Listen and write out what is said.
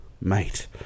Mate